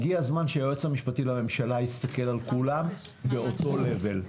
הגיע הזמן שהיועץ המשפטי לממשלה יסתכל על כולם באותו level,